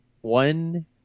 One